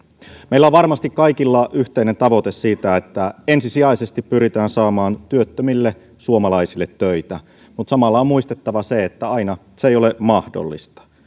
meillä on varmasti kaikilla yhteinen tavoite siitä että ensisijaisesti pyritään saamaan työttömille suomalaisille töitä mutta samalla on muistettava se että aina se ei ole mahdollista